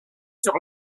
sur